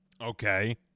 Okay